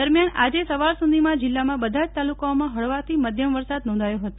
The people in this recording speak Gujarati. દરમ્યાન આજે સવાર સુધીમાં જીલ્લામાં બધા જ તાલુકાઓમાં ફળવાશ થી મધ્યમ વરસાદ નોંધાયો ફતો